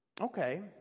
Okay